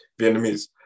Vietnamese